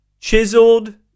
chiseled